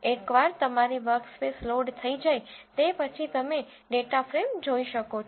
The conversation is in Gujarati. એકવાર તમારી વર્કસ્પેસ લોડ થઈ જાય તે પછી તમે ડેટા ફ્રેમ જોઈ શકો છો